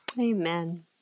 Amen